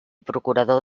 procurador